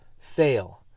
fail